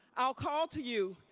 i'll call to you.